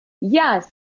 Yes